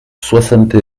soixante